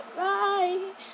right